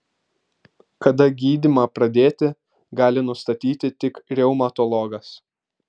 kada gydymą pradėti gali nustatyti tik reumatologas